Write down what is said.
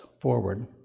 forward